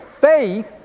faith